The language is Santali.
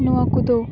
ᱱᱚᱣᱟ ᱠᱚᱫᱚ